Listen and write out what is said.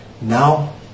now